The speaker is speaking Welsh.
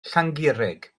llangurig